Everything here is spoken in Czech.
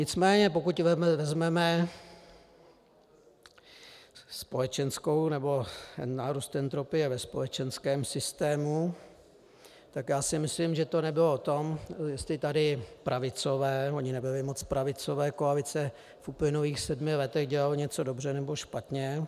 Nicméně pokud vezmeme společenskou, nebo nárůst entropie ve společenském systému, tak já si myslím, že to nebylo o tom, jestli tady pravicové ony nebyly moc pravicové koalice v uplynulých sedmi letech dělaly něco dobře, nebo špatně.